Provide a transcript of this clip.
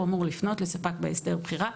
הוא אמור לפנות לספק בהסדר בחירה.